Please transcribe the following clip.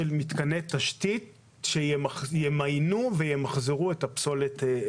מתקני תשתית שימיינו וימכרזו את הפסולת.